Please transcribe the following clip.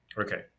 Okay